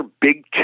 big